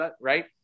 right